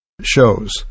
shows